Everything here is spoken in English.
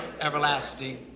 everlasting